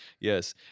Yes